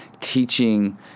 teaching